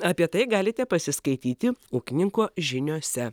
apie tai galite pasiskaityti ūkininko žiniose